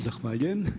Zahvaljujem.